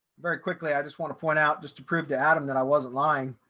very quickly, i just want to point out just to prove to adam that i wasn't lying.